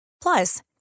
Plus